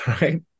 right